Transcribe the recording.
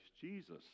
Jesus